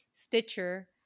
Stitcher